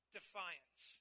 defiance